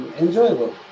enjoyable